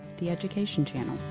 the education channel